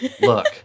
look